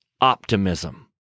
optimism